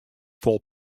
fol